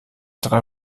drei